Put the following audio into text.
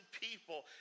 people